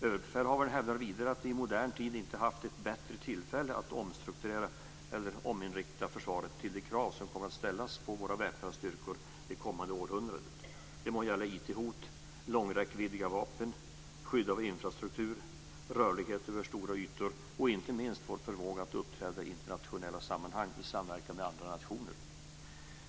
Överbefälhavaren hävdar vidare att vi i modern tid inte haft ett bättre tillfälle att omstrukturera eller ominrikta försvaret till de krav som kommer att ställas på våra väpnade styrkor det kommande århundradet. Det må gälla IT-hot, långräckviddiga vapen, skydd av infrastruktur, rörlighet över stora ytor och inte minst vår förmåga att uppträda i internationella sammanhang i samverkan med andra nationer.